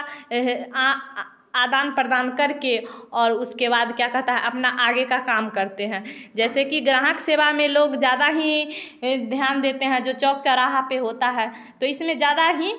आदान प्रदान करके और उसके बाद क्या कहता है अपना आगे का काम करते हैं जैसे कि ग्राहक सेवा में लोग ज़्यादा ही ध्यान देते हैं जो चौक चौराहा पर होता है तो इसमें ज़्यादा ही